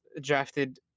drafted